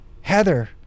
Heather